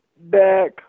back